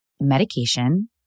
medication